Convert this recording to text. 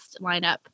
lineup